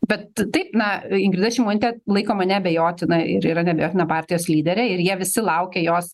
bet taip na ingrida šimonytė laikoma neabejotina ir yra neabejotina partijos lyderė ir jie visi laukė jos